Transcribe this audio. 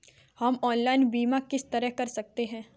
हम ऑनलाइन बीमा किस तरह कर सकते हैं?